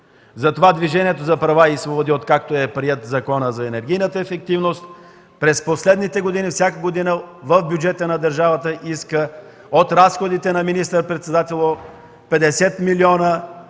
Затова Движението за права и свободи откакто е приет Законът за енергийната ефективност, през последните години всяка година иска в бюджета на държавата от разходите на министър-председателя 50 млн.